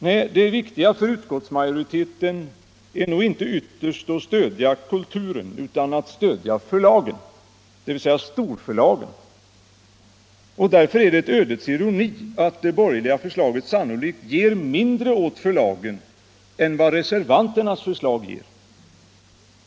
Nej, det viktiga för utskottsmajoriteten är nog inte ytterst att stödja kulturen utan att stödja förlagen, dvs. storförlagen. Därför är det en ödets ironi att det borgerliga förslaget sannolikt ger mindre åt förlagen än vad reservanternas förslag ger.